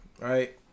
Right